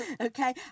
Okay